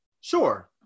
Sure